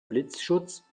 blitzschutz